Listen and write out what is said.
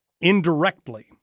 indirectly